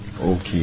Okay